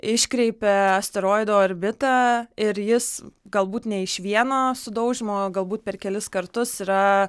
iškreipia asteroido orbitą ir jis galbūt ne iš vieno sudaužymo galbūt per kelis kartus yra